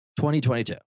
2022